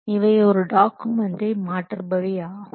இவை ஒரு டாக்குமெண்டை மாற்றுபவை ஆகும்